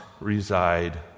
reside